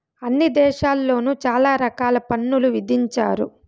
అన్ని దేశాల్లోను చాలా రకాల పన్నులు విధించారు